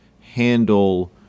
handle